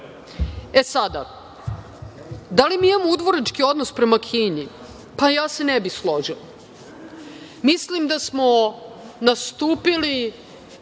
pismo. Sada da li mi imamo udvorički odnos prema Kini? Pa, ja se ne bih složila. Mislim da smo nastupili